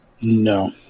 No